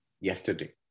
yesterday